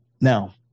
Now